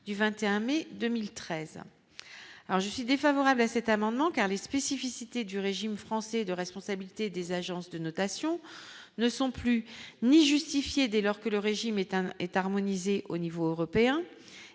je suis défavorable à cet amendement car les spécificités du régime français de responsabilité des agences de notation ne sont plus ni justifier dès lors que le régime est un est harmonisé au niveau européen